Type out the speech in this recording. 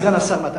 סגן השר מתן,